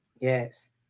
Yes